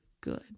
good